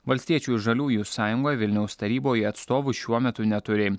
valstiečių ir žaliųjų sąjunga vilniaus taryboje atstovų šiuo metu neturi